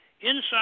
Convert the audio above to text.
inside